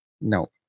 No